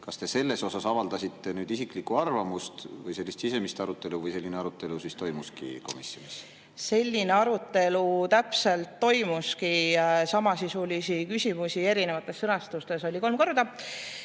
kas te avaldasite isiklikku arvamust või sellist sisemist arutelu või selline arutelu komisjonis toimuski. Selline arutelu täpselt toimuski. Samasisulisi küsimusi erinevates sõnastustes oli kolm korda.